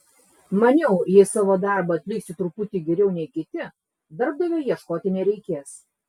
maniau jei savo darbą atliksiu truputį geriau nei kiti darbdavio ieškoti nereikės